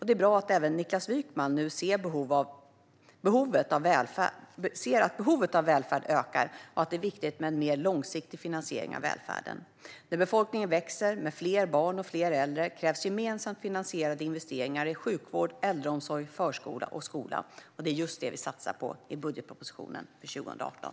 Det är bra att även Niklas Wykman nu ser att behovet av välfärd ökar och att det är viktigt med en mer långsiktig finansiering av välfärden. När befolkningen växer, med fler barn och fler äldre, krävs gemensamt finansierade investeringar i sjukvård, äldreomsorg, förskola och skola. Det är just det vi satsar på i budgetpropositionen för 2018.